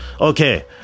okay